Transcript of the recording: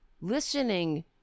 Listening